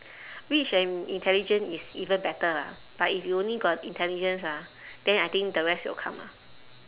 rich and intelligent is even better lah but if you only got intelligence ah then I think the rest will come ah